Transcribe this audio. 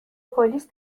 پلیس